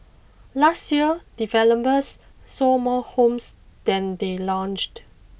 last year developers sold more homes than they launched